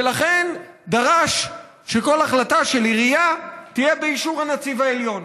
ולכן דרש שכל החלטה של עירייה תהיה באישור הנציב העליון.